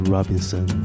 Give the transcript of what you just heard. Robinson 》